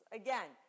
again